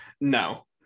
No